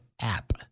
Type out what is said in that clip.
app